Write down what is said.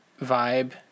vibe